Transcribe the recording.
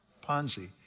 Ponzi